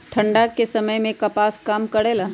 ठंडा के समय मे कपास का काम करेला?